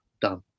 done